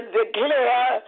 declare